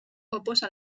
oposa